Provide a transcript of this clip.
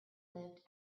lived